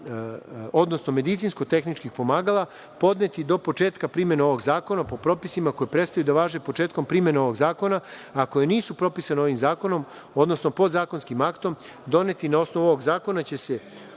odnosno medicinsko-tehničkih pomagala podnetih do početka primene ovog zakona po propisima koji prestaju da važe početkom primene ovog zakona, a koji nisu propisani ovim zakonom, odnosno podzakonskim aktom donetim na osnovu ovog zakona, će se